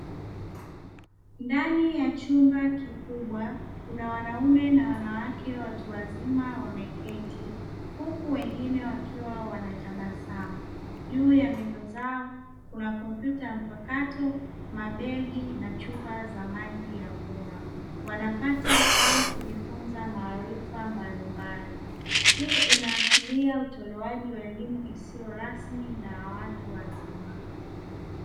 Ndani ya chumba kikubwa kuna wanaume na wanawake watu wazima wameketi, huku wengine wakiwa wanatabasamu. Juu ya meza zao kuna kompyuta mpakato, mabegi na chupa za maji ya kunywa. Wanapata au kujifunza maarifa mbalimbali. Hii inaashiria utolewaji wa elimu isiyo rasmi na ya watu wazima.